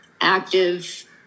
active